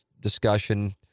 discussion